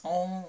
oh